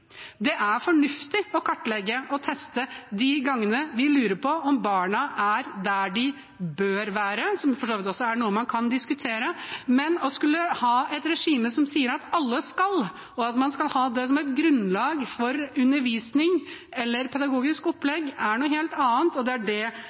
Det er fornuftig å kartlegge og teste de gangene vi lurer på om barna er der de bør være – som for så vidt også er noe man kan diskutere – men å skulle ha et regime som sier at alle skal, og at man skal ha det som et grunnlag for undervisning eller pedagogisk